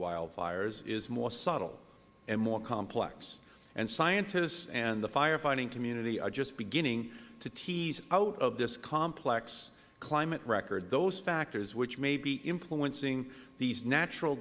wildfires is more subtle and more complex and scientists and the fire fighting community are just beginning to tease out of this complex climate record those factors which may be influencing these natural